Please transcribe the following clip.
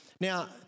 Now